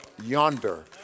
yonder